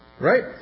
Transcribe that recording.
right